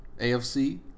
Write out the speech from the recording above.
AFC